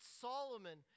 Solomon